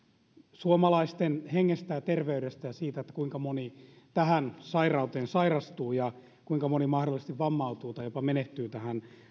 suomalaisten hengestä ja terveydestä ja siitä kuinka moni tähän sairauteen sairastuu ja kuinka moni mahdollisesti vammautuu tai jopa menehtyy tähän